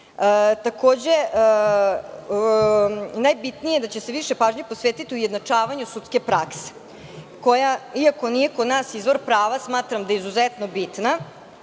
sudova. Takođe, najbitnije je da će se više pažnje posvetiti ujednačavanju sudske prakse koja, iako nije kod nas izvor prava, smatram da je izuzetno